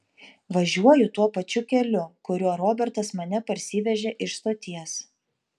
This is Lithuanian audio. važiuoju tuo pačiu keliu kuriuo robertas mane parsivežė iš stoties